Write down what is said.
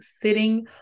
sitting